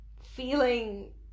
feeling